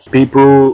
People